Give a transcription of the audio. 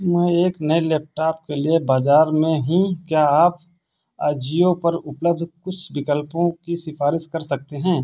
मैं एक नए लैपटॉप के लिए बाजार में हूँ क्या आप अजियो पर उपलब्ध कुछ विकल्पों की सिफ़ारिश कर सकते हैं